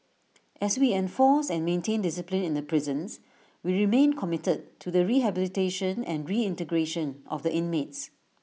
as we enforced and maintained discipline in the prisons we remain committed to the rehabilitation and reintegration of the inmates